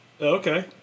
Okay